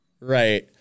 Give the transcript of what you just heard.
Right